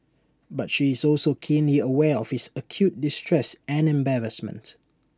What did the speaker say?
but she is also keenly aware of his acute distress and embarrassment